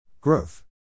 Growth